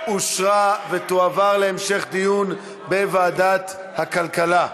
אושרה ותועבר להמשך דיון בוועדת הכלכלה.